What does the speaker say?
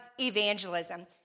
evangelism